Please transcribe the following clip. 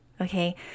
okay